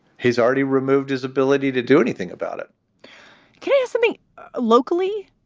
he's already removed his ability to do anything about it kiss me locally.